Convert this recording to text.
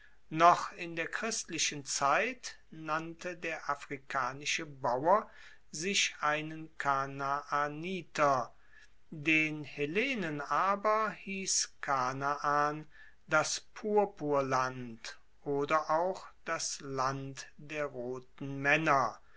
noch in der christlichen zeit nannte der afrikanische bauer sich einen kanaaniter den hellenen aber hiess kanaan das purpurland oder auch das land der roten maenner